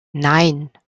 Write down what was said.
nein